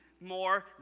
more